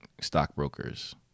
stockbrokers